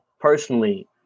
personally